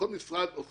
כל משרד יודע